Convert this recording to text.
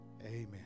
Amen